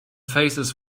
faces